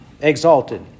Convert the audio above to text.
exalted